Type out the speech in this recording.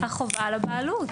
החובה על הבעלות.